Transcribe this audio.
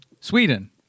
Sweden